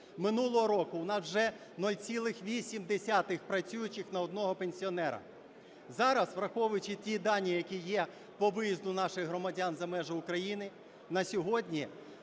минулого року у нас вже 0,8 працюючих на одного пенсіонера. Зараз, враховуючи ті дані, які є по виїзду наших громадян за межі України, на сьогодні